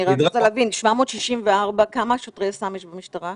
אני רק רוצה להבין: 764 צוידו במצלמות גוף.